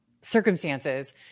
circumstances